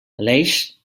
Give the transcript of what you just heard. aleix